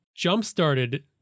jumpstarted